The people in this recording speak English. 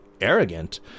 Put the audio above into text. arrogant